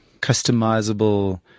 customizable